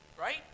Right